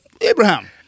Abraham